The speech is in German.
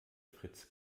fritz